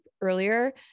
earlier